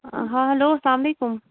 hello اسلام علیکُم